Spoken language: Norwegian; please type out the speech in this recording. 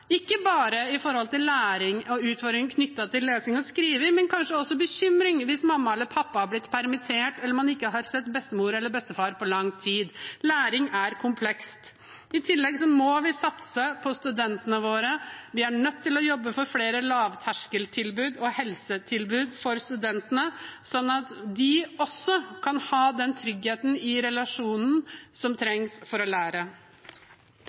ikke bare med tanke på læring og utfordringer knyttet til lesing og skriving, men kanskje også bekymring hvis mamma eller pappa har blitt permittert, eller man ikke har sett bestemor eller bestefar på lang tid. Læring er komplekst. I tillegg må vi satse på studentene våre. Vi er nødt til å jobbe for flere lavterskeltilbud og helsetilbud for studentene, slik at de også kan ha den tryggheten i relasjonen som trengs for å lære.